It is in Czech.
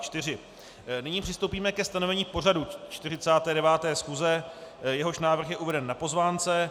A nyní přistoupíme ke stanovení pořadu 49. schůze, jehož návrh je uveden na pozvánce.